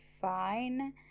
fine